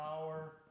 power